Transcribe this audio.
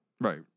Right